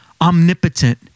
omnipotent